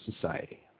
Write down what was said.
society